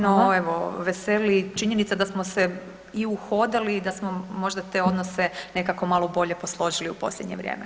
No evo, veseli činjenica da smo se i uhodali i da smo možda te odnose nekako malo bolje posložili u posljednje vrijeme.